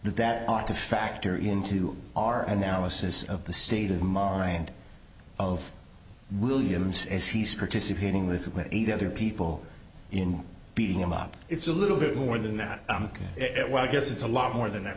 that ought to factor into our analysis of the state of mind of williams as he's participating with eight other people in beating him up it's a little bit more than that it well guess it's a lot more than that